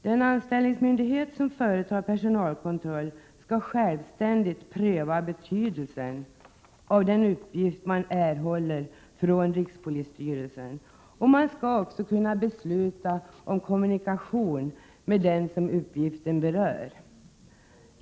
Den myndighet som företar personalkontroll skall självständigt pröva betydelsen av den uppgift man erhåller från rikspolisstyrelsen. Man skall också kunna besluta om kommunikation med den som uppgiften berör.